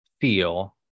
feel